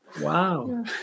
Wow